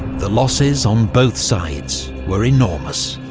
the losses on both sides were enormous.